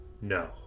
No